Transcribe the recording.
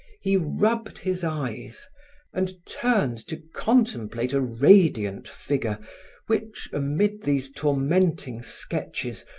he rubbed his eyes and turned to contemplate a radiant figure which, amid these tormenting sketches,